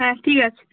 হ্যাঁ ঠিক আছে